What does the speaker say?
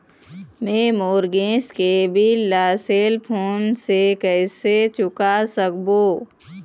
मैं मोर गैस के बिल ला सेल फोन से कइसे चुका सकबो?